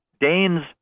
Dane's